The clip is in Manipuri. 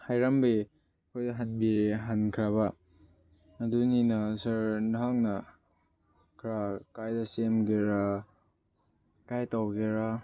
ꯍꯥꯏꯔꯝꯃꯦ ꯑꯩꯈꯣꯏ ꯍꯟꯕꯤꯔꯦ ꯍꯟꯈ꯭ꯔꯕ ꯑꯗꯨꯅꯤꯅ ꯁꯥꯔ ꯅꯍꯥꯛꯅ ꯈꯔ ꯀꯥꯏꯗ ꯆꯦꯟꯒꯦꯔꯥ ꯀꯥꯏ ꯇꯧꯒꯦꯔꯥ